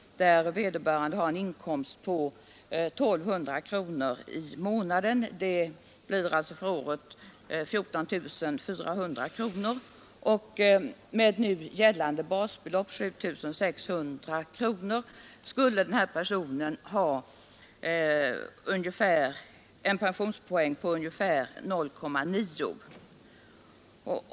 Vederbörande har en inkomst av 1200 kronor i månaden, dvs. 14 400 kronor per år. Med nu gällande basbelopp, 7 600 kronor, skulle den här personen ha en pensionspoäng på ungefär 0,9.